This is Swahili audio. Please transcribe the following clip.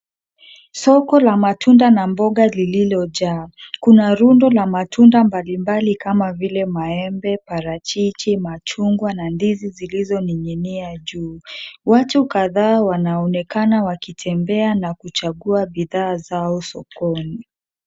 Soko la matunda na mboga lililojaa. Kuna rundo la matunda mbalimbali kama vile maembe, parachichi, machungwa na ndizi zilizoning'inia juu. Watu kadhaa wanaonekana wakitembea na kuchagua bidhaa zao sokoni.